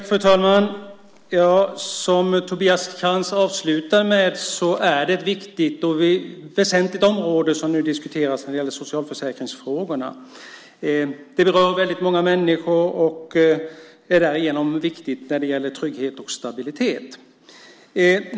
Fru talman! Som Tobias Krantz avslutar med är det ett viktigt och väsentligt område som nu diskuteras när det gäller socialförsäkringsfrågorna. Det berör väldigt många människor, och det är därigenom viktigt när det gäller trygghet och stabilitet.